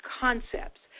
concepts